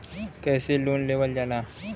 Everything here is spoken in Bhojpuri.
कैसे लोन लेवल जाला?